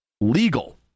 legal